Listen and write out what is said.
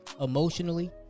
Emotionally